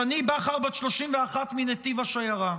שני בכר, בת 31, מנתיב השיירה,